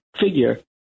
figure